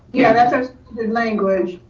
yeah, that's that's good language.